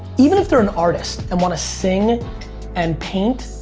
even if they're an artist and want to sing and paint,